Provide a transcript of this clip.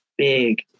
Big